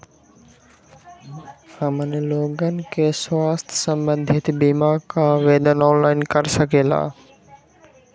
हमन लोगन के स्वास्थ्य संबंधित बिमा का आवेदन ऑनलाइन कर सकेला?